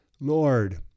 Lord